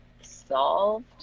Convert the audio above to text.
solved